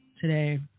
today